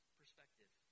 perspective